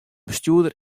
bestjoerder